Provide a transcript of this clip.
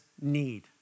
need